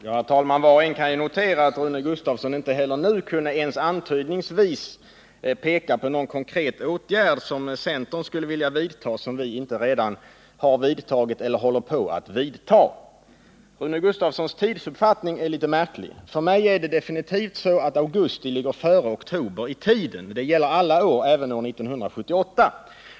Herr talman! Var och en kan notera att Rune Gustavsson inte heller nu kunde ens antydningsvis peka på någon konkret åtgärd som centern skulle vilja vidta som vi inte redan har vidtagit eller håller på att vidta. Rune Gustavssons tidsuppfattning är litet märklig. För mig är det definitivt så att augusti ligger före oktober i tiden — det gäller alla år, även 1978.